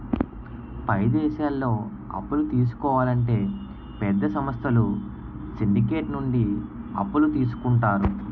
పై దేశాల్లో అప్పులు తీసుకోవాలంటే పెద్ద సంస్థలు సిండికేట్ నుండి అప్పులు తీసుకుంటారు